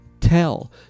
tell